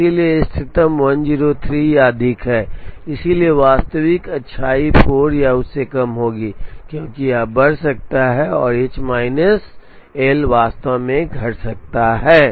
इसलिए इष्टतम 103 या अधिक है इसलिए वास्तविक अच्छाई 4 या उससे कम होगी क्योंकि यह बढ़ सकता है और एच माइनस एल वास्तव में घट सकता है